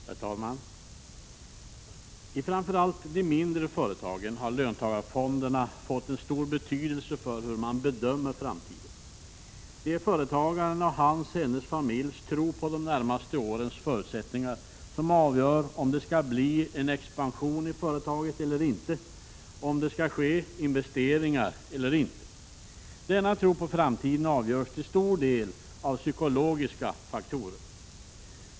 Herr talman! I framför allt de mindre företagen har löntagarfonderna fått en stor betydelse för hur man bedömer framtiden. Det är företagaren och hans eller hennes familjs tro på de närmaste årens förutsättningar som avgör om det skall bli en expansion i företaget eller inte, om det skall ske några investeringar eller inte. Denna tro på framtiden avgörs till stor del av psykologiska faktorer.